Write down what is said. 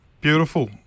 Beautiful